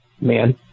man